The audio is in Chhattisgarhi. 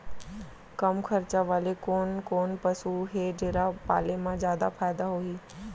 कम खरचा वाले कोन कोन पसु हे जेला पाले म जादा फायदा होही?